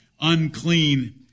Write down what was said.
unclean